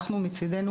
אנחנו מצדנו,